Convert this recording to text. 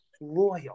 loyal